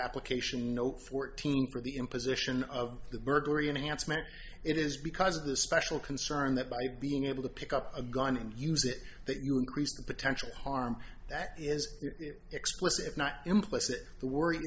application note fourteen for the imposition of the burglary enhanced it is because of the special concern that by being able to pick up a gun and use it that you are increasing potential harm that is explicit not implicit the worry